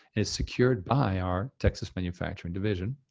and it's secured by our texas manufacturing division,